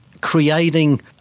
creating